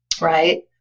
Right